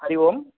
Hari Om